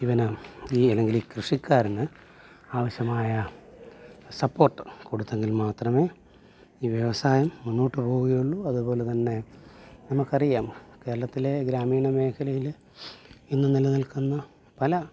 ഇവന് ഈ അല്ലെങ്കിൽ ഈ കൃഷിക്കാരന് ആവശ്യമായ സപ്പോർട്ട് കൊടുത്തെങ്കിൽ മാത്രമേ ഈ വ്യവസായം മുന്നോട്ട് പോവുകയുള്ളൂ അതുപോലെ തന്നെ നമുക്കറിയാം കേരളത്തിലെ ഗ്രാമീണ മേഖലയിൽ ഇന്ന് നിലനിൽക്കുന്ന പല